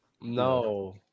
No